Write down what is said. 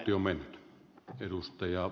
arvoisa puhemies